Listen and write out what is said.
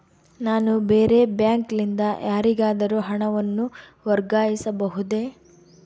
ನಾನು ಬೇರೆ ಬ್ಯಾಂಕ್ ಲಿಂದ ಯಾರಿಗಾದರೂ ಹಣವನ್ನು ವರ್ಗಾಯಿಸಬಹುದೇ?